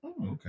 Okay